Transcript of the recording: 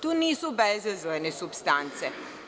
To nisu bezazlene supstance.